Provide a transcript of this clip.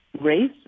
race